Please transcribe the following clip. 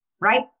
right